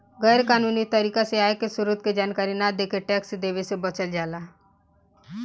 गैर कानूनी तरीका से आय के स्रोत के जानकारी न देके टैक्स देवे से बचल जाला